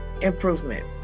improvement